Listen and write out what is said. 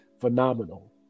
phenomenal